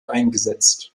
eingesetzt